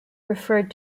referred